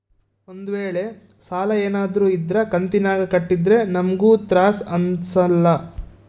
ಒಂದ್ವೇಳೆ ಸಾಲ ಏನಾದ್ರೂ ಇದ್ರ ಕಂತಿನಾಗ ಕಟ್ಟಿದ್ರೆ ನಮ್ಗೂ ತ್ರಾಸ್ ಅಂಸಲ್ಲ